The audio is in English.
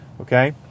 okay